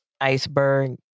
iceberg